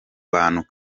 bantu